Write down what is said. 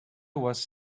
was